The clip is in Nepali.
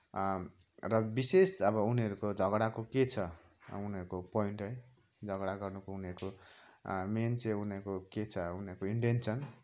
र विशेष अब उनीहरूको झगडाको के छ उनीहरूको पोइन्ट है झगडा गर्नुको उनीहरूको मेन चाहिँ उनीहरूको के छ उनीहरूको इन्टेन्सन